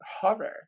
horror